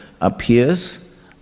appears